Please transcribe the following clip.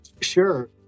Sure